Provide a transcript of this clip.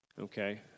okay